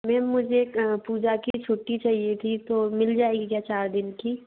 ma'am मुझे एक पूजा की छुट्टी चाहिए थी तो मिल जाएगी क्या चार दिन की